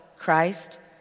Christ